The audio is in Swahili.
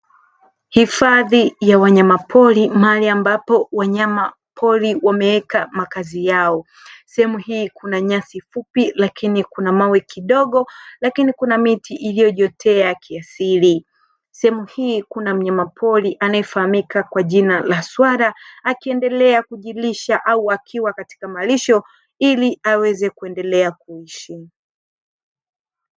Hifadhi ya wanyamapori mahali ambapo wanyama pori wameweka makazi yao. Sehemu hii kuna nyasi fupi lakini kuna mawe kidogo lakini kuna miti iliyojiotea kiasili, sehemu hii kuna mnyama pori anayefahamika kwa jina la swala akiendelea kujilisha au akiwa katika malisho ili aweze kuendelea kuishi.